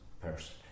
person